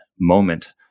moment